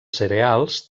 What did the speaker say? cereals